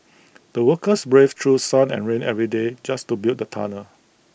the workers braved through sun and rain every day just to build the tunnel